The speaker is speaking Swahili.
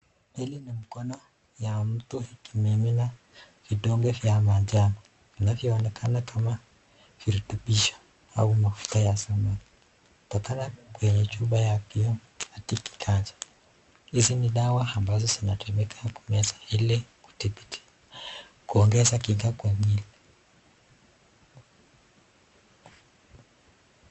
Hili ni mkono ya mtu ikimimina vidonge vya manjano vinavyoonekana kama virutubisho au mafuta ya samaki tokana kwenye chupa ya kio hadi kiganja, hizi ni dawa ambazo zinatumika kumeza ili kudhibiti kuongeza kinga kwa mwili.